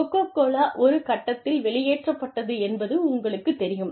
cocoa Cola ஒரு கட்டத்தில் வெளியேற்றப்பட்டது என்பது உங்களுக்குத் தெரியும்